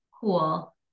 cool